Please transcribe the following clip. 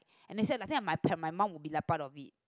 and they said like my i think my mum will be like part of it